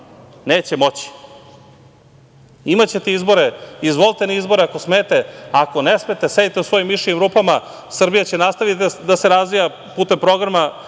Neće moći. Imaćete izbore, izvolite na izbore, ako smete. Ako ne smete, sedite u svojim mišijim rupama. Srbija će nastaviti da se razvija putem programa